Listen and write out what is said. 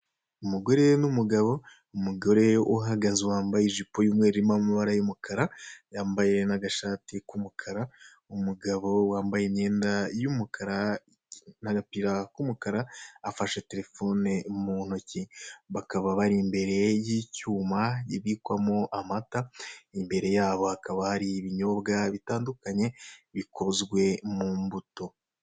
Umugore n'umugabo, umugore uhagaze wambaye ijipo y'umweru irimo amabara y'umukara yambaye n'agashati k'umukara, umugabo wambaye imyenda y'umukara n'agapira k'umukara afashe telefone mu ntoki, bakaba bari imbere y'icyuma kibikwamo amata, imbere yabo hakaba hari ibinyobwa bitandukanye bikozwe mu mbuto.